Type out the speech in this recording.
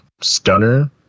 stunner